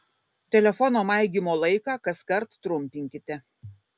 telefono maigymo laiką kaskart trumpinkite